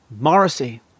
Morrissey